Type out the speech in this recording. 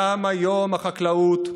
גם היום החקלאות,